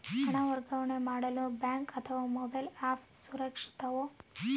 ಹಣ ವರ್ಗಾವಣೆ ಮಾಡಲು ಬ್ಯಾಂಕ್ ಅಥವಾ ಮೋಬೈಲ್ ಆ್ಯಪ್ ಸುರಕ್ಷಿತವೋ?